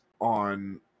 On